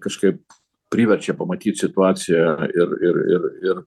kažkaip priverčia pamatyt situaciją ir ir ir ir